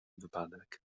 przypadek